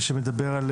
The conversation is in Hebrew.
ושמדבר על